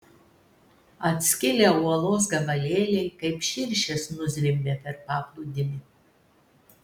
atskilę uolos gabalėliai kaip širšės nuzvimbė per paplūdimį